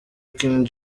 king